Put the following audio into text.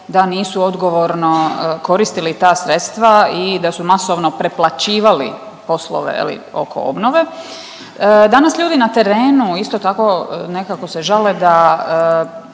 da nisu odgovorno koristili ta sredstva i da su masovno preplaćivali poslove oko obnove. Danas ljudi na terenu isto tako nekako se žale da